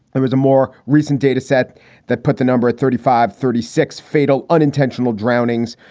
there was a more recent data set that put the number at thirty five thirty six fatal unintentional drownings,